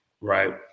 Right